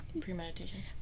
premeditation